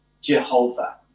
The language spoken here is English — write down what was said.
Jehovah